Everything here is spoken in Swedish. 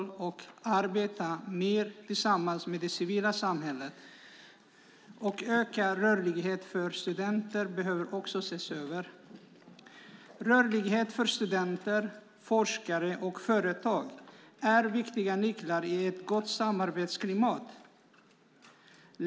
Man behöver också se över möjligheten att arbeta mer tillsammans med det civila samhället. Ökad rörlighet för studenter behöver också ses över. Rörlighet för studenter, forskare och företag är viktiga nycklar i ett gott samarbetsklimat.